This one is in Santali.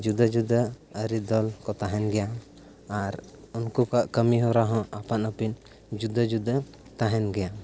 ᱡᱩᱫᱟᱹ ᱡᱩᱫᱟᱹ ᱟᱹᱨᱤ ᱫᱚᱞ ᱠᱚ ᱛᱟᱦᱮᱱ ᱜᱮᱭᱟ ᱟᱨ ᱩᱱᱠᱩ ᱠᱚᱣᱟᱜ ᱠᱟᱹᱢᱤ ᱦᱚᱨᱟ ᱦᱚᱸ ᱟᱯᱟᱱᱟᱹᱯᱤᱱ ᱡᱩᱫᱟᱹ ᱡᱩᱫᱟᱹ ᱛᱟᱦᱮᱱ ᱜᱮᱭᱟ